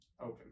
Open